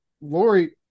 Lori